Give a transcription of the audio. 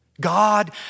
God